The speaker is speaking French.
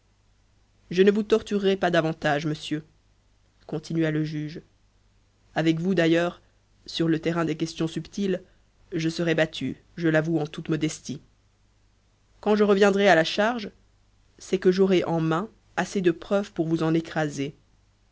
je ne vous torturerai pas davantage monsieur continua le juge avec vous d'ailleurs sur le terrain des questions subtiles je serais battu je l'avoue en toute modestie quand je reviendrai à la charge c'est que j'aurai en mains assez de preuves pour vous en écraser